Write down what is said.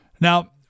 Now